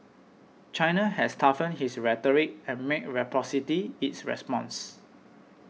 China has toughened his rhetoric and made reciprocity its response